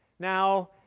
now,